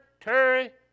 Terry